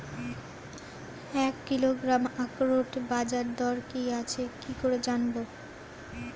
এক কিলোগ্রাম আখরোটের বাজারদর কি আছে কি করে জানবো?